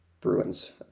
Bruins